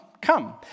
come